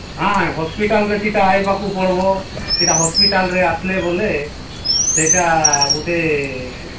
ହଁ ହସ୍ପିଟାଲ୍ରେ ସେଇଟା ଆସିବାକୁ ପଡ଼ିବ ସେଇଟା ହସ୍ପିଟାଲ୍ରେ ଆସିଲେ ବୋଲେ ସେଇଟା ଗୋଟେ